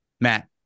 Matt